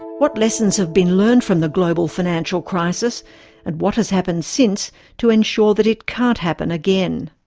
what lessons have been learned from the global financial crisis and what has happened since to ensure that it can't happen again?